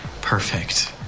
perfect